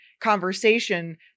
conversation